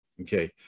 Okay